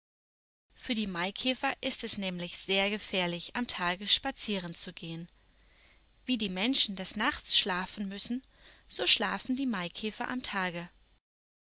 für die maikäfer ist es nämlich sehr gefährlich am tage spazierenzugehen wie die menschen des nachts schlafen müssen so schlafen die maikäfer am tage